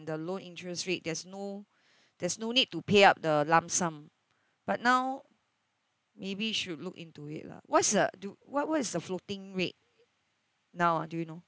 the loan interest rate there's no there's no need to pay up the lump sum but now maybe should look into it lah what's the do what what is the floating rate now ah do you know